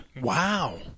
Wow